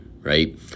Right